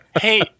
Hey